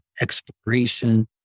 exploration